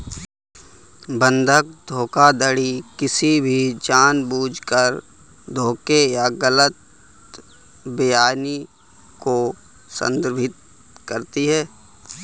बंधक धोखाधड़ी किसी भी जानबूझकर धोखे या गलत बयानी को संदर्भित करती है